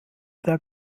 der